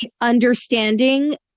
understanding